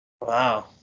Wow